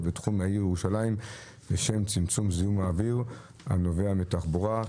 בתחום העיר ירושלים לשם צמצום זיהום האוויר הנובע מתחבורה.